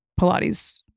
Pilates